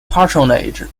patronage